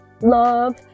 love